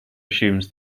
assumes